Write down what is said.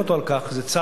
זה צעד נכון,